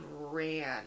ran